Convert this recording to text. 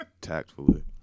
tactfully